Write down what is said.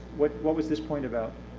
what what was this point about?